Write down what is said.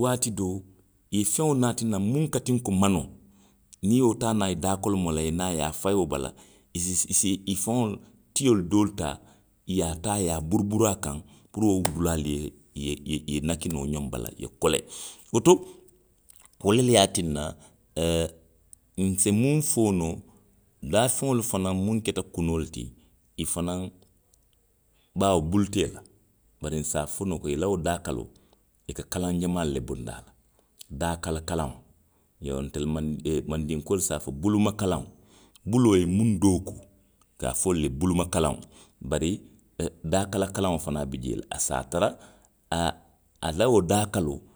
waati doo. i ye feŋo naati naŋ muŋ ka tiŋ ko manoo. niŋ i ye wo taa naŋ i daa kolomoo la. i ye naa, i ye a fayi wo bala, i si. i si, i faŋolu tio doolu taa, i ye a taa i ye a buruburu a kaŋ puru wo dulaalu ye, ye, ye, ye nakki noo ňoŋ bala. i ye kolee. Woto. wolu le ye a tinna,, nse muŋ fo noo, daafeŋolu fanaŋ muŋ keta kunoolu ti, i fanaŋ, baawo bulu te i la, bari i se a fo noo, i la wo daa kaloo, i ka kalaŋ jamaalu le bondi a la. Daa kala kalaŋo. Iyoo ntelu maŋ, ooo, mandinkoolu se a fo bulumakalaŋo, buloo ye muŋ dookuu, i ka a fo wo le ye bulumakalaŋo, bari, o, daa kala kalaŋo fanaŋ bi jee le a se a tara, a, a la wo daa kaloo,